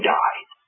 died